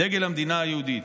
דגל המדינה היהודית.